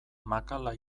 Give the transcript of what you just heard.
makala